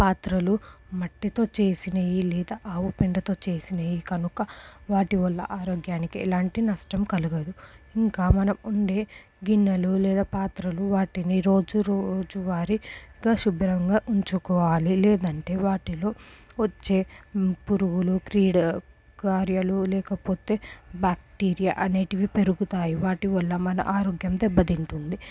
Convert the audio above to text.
పాత్రలు మట్టితో చేసినవి లేదా ఆవు పెంటతో చేసినవి కనుక వాటి వల్ల ఆరోగ్యానికి ఎలాంటి నష్టం కలగదు ఇంకా మనం వండే గిన్నెలు లేదా పాత్రలు వాటిని రోజు రోజువారి శుభ్రంగా ఉంచుకోవాలి లేదంటే వాటిలో వచ్చే పురుగులు క్రీడ కార్యలు లేకపోతే బ్యాక్టీరియా అనేటివి పెరుగుతాయి వాటి వల్ల మన ఆరోగ్యం దెబ్బతింటుంది